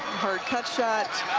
hard cut shot